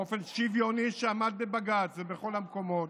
באופן שוויוני, שעמד בבג"ץ ובכל המקומות,